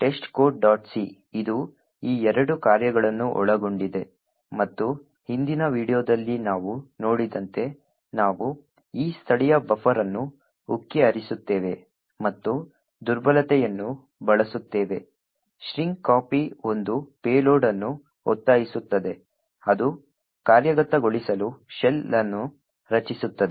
c ಇದು ಈ ಎರಡು ಕಾರ್ಯಗಳನ್ನು ಒಳಗೊಂಡಿದೆ ಮತ್ತು ಹಿಂದಿನ ವೀಡಿಯೊದಲ್ಲಿ ನಾವು ನೋಡಿದಂತೆ ನಾವು ಈ ಸ್ಥಳೀಯ ಬಫರ್ ಅನ್ನು ಉಕ್ಕಿ ಹರಿಸುತ್ತೇವೆ ಮತ್ತು ದುರ್ಬಲತೆಯನ್ನು ಬಳಸುತ್ತೇವೆ ಸ್ಟ್ರಿಂಗ್ ಕಾಪಿ ಒಂದು ಪೇಲೋಡ್ ಅನ್ನು ಒತ್ತಾಯಿಸುತ್ತದೆ ಅದು ಕಾರ್ಯಗತಗೊಳಿಸಲು ಶೆಲ್ ಅನ್ನು ರಚಿಸುತ್ತದೆ